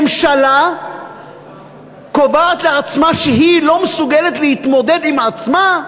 ממשלה קובעת לעצמה שהיא לא מסוגלת להתמודד עם עצמה?